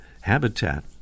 habitat